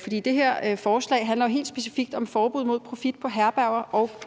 for det her forslag handler jo helt specifikt om forbud mod profit på herberger og